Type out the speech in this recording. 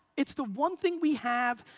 it's the one thing we have,